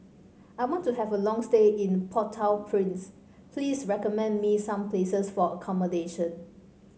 I want to have a long stay in Port Au Prince please recommend me some places for accommodation